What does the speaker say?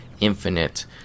infinite